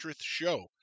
show